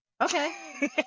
Okay